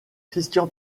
christian